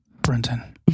Brenton